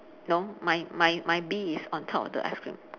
no my my my bee is on top of the ice cream